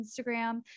Instagram